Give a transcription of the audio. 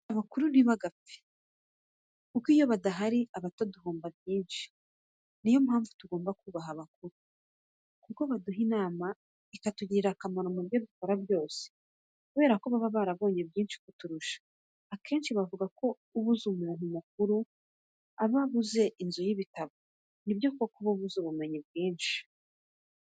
Abakuru ntibagapfe kuko iyo badahari abato duhomba byinshi niyo mpamvu tugomba kubaha abakuru. Kuko baduha inama ikatugirira akamaro mubyo dukora byose. Kubera ko baba barabonye byinshi kuturusha, abenshi bavugako iyo ubuze umuntu mukuru uba ubuze inzu y'ibitabo. Nibyo koko uba ubuze ubumenyi bwinshi.